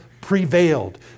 prevailed